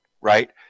Right